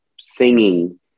singing